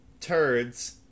turds